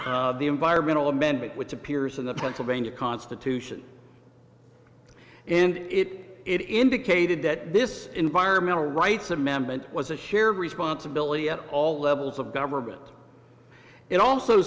the environmental amendment which appears in the pennsylvania constitution and it it indicated that this environmental rights amendment was a shared responsibility at all levels of government it also